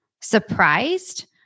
surprised